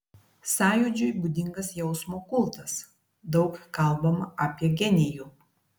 sąjūdžiui būdingas jausmo kultas daug kalbama apie genijų